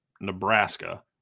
Nebraska